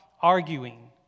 arguing